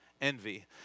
envy